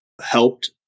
helped